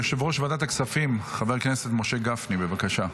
יושב-ראש ועדת הכספים, חבר הכנסת משה גפני, בבקשה.